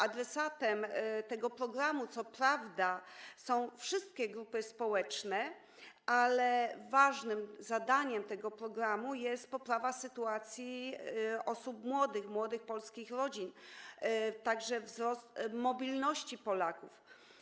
Adresatami tego programu co prawda są wszystkie grupy społeczne, ale ważnym zadaniem tego programu jest poprawa sytuacji osób młodych, młodych polskich rodzin, a także wzrost mobilności Polaków.